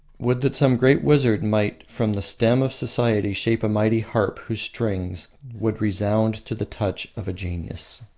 would that some great wizard might from the stem of society shape a mighty harp whose strings would resound to the touch of genius.